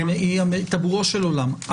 היא טבורו של עולם.